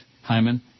Hyman